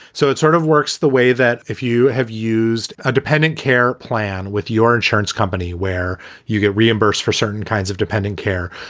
so it sort of works the way that if you have used a dependent care plan with your insurance company where you get reimbursed for certain kinds of dependent care,